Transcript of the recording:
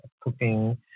cooking